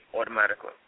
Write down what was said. automatically